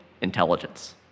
intelligence